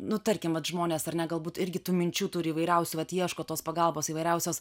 nu tarkim vat žmonės ar ne galbūt irgi tų minčių turi įvairiausių vat ieško tos pagalbos įvairiausios